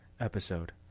episode